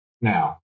now